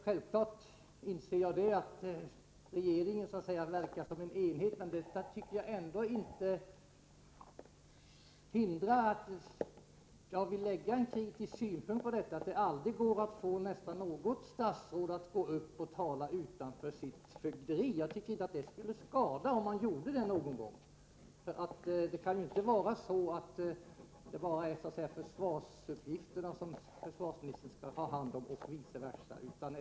Självfallet inser jag att regeringen verkar som en enhet, men det hindrar inte att jag vill anlägga en kritisk synpunkt på att det nästan aldrig går att få något statsråd att ställa upp och tala i frågor utanför det egna fögderiet. Det skulle inte skada om statsråden någon gång gjorde det. Det kan inte vara så att t.ex. försvarsministern bara skall ha hand om försvarsuppgifterna.